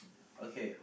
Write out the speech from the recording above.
okay